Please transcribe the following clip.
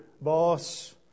boss